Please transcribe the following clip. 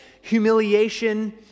humiliation